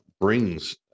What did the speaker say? brings